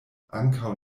ankaŭ